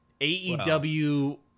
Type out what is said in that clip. AEW